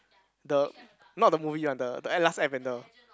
the not the movie one the the air last air bender